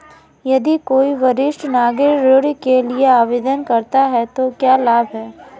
यदि कोई वरिष्ठ नागरिक ऋण के लिए आवेदन करता है तो क्या लाभ हैं?